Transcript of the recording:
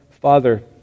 Father